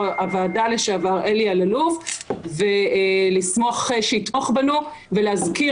הוועדה לשעבר אלי אללוף ולסמוך שיתמוך בנו ולהזכיר